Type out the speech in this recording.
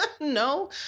no